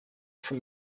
from